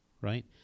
right